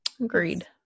Agreed